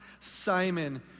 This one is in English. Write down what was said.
Simon